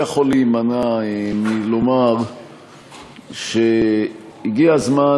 אני לא יכול להימנע מלומר שהגיע הזמן,